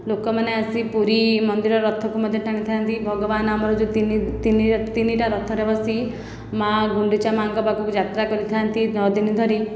ଲୋକମାନେ ଆସି ପୁରୀ ମନ୍ଦିର ରଥକୁ ମଧ୍ୟ ଟାଣି ଥାଆନ୍ତି ଭଗବାନ ଆମର ଯେଉଁ ତିନି ତିନି ତିନିଟା ରଥରେ ବସି ମା' ଗୁଣ୍ଡିଚା ମା'ଙ୍କ ପାଖକୁ ଯାତ୍ରା କରିଥାଆନ୍ତି ନଅ ଦିନ ଧରି